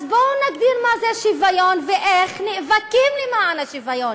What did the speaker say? אז בואו נגדיר מה זה שוויון ואיך נאבקים למען השוויון.